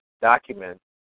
document